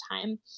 time